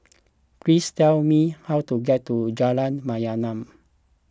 please tell me how to get to Jalan Mayaanam